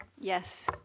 Yes